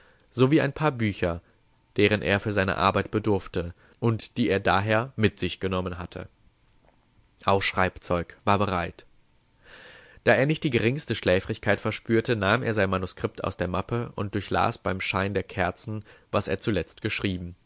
sowie ein paar bücher deren er für seine arbeit bedurfte und die er daher mit sich genommen hatte auch schreibzeug war bereit da er nicht die geringste schläfrigkeit verspürte nahm er sein manuskript aus der mappe und durchlas beim schein der kerzen was er zuletzt geschrieben